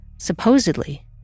supposedly